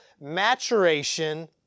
maturation